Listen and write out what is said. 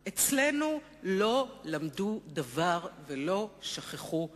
אצלנו לא למדו דבר ולא שכחו מאומה.